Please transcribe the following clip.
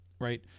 right